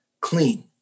clean